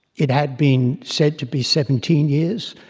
it had been said to be seventeen years.